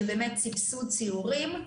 של סבסוד סיורים.